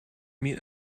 meet